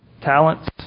talents